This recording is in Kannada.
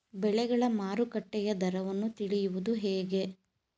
ಬೆಳೆಗಳ ಮಾರುಕಟ್ಟೆಯ ದರವನ್ನು ತಿಳಿಯುವುದು ಹೇಗೆ?